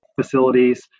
facilities